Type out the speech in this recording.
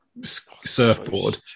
surfboard